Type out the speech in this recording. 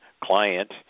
client